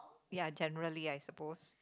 ya generally I suppose